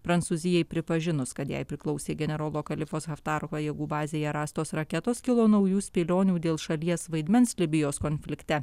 prancūzijai pripažinus kad jai priklausė generolo kalifos haftaro pajėgų bazėje rastos raketos kilo naujų spėlionių dėl šalies vaidmens libijos konflikte